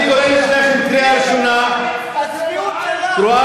אני קורא את שניכם פעם ראשונה לפחות תשב בשקט.